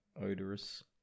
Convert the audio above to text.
odorous